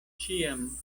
ĉiam